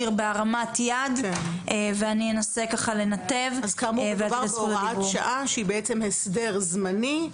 אז כאמור, מדובר בהוראת שעה שהיא בעצם הסדר זמני,